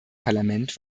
parlament